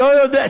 לא יודע.